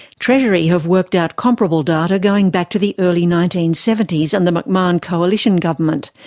treasury have worked out comparable data going back to the early nineteen seventy s and the mcmahon coalition government,